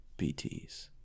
BTs